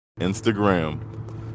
instagram